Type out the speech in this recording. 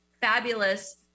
fabulous